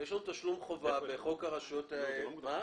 יש לנו תשלום חובה בחוק הרשויות המקומיות.